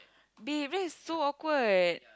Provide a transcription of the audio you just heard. babe that is so awkward